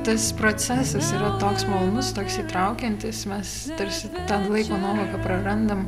tas procesas yra toks malonus toks įtraukiantis mes tarsi tą laiko nuovoką prarandam